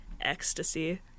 ecstasy